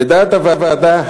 לדעת הוועדה,